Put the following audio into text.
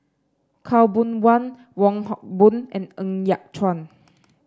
Khaw Boon Wan Wong Hock Boon and Ng Yat Chuan